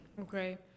Okay